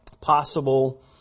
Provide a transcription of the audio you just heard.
possible